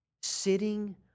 sitting